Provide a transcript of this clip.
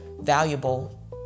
valuable